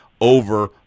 over